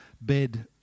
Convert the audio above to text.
bed